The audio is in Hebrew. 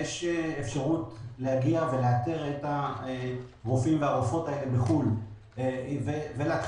יש אפשרות להגיע ולאתר את הרופאים והרופאות האלה בחו"ל ולהתחיל